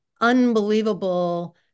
unbelievable